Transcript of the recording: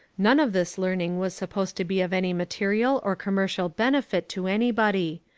none of this learning was supposed to be of any material or commercial benefit to anybody.